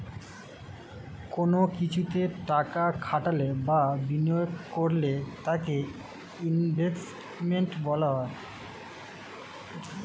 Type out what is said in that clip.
কোন কিছুতে টাকা খাটালে বা বিনিয়োগ করলে তাকে ইনভেস্টমেন্ট বলা হয়